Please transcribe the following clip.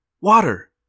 Water